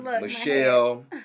Michelle